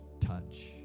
Touch